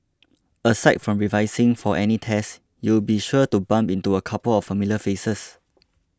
aside from revising for any tests you'll be sure to bump into a couple of familiar faces